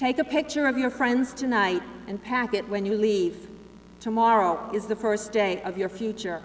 take a picture of your friends tonight and pack it when you leave tomorrow is the first day of your future